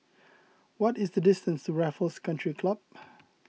what is the distance to Raffles Country Club